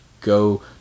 go